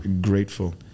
grateful